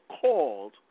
called